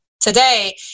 today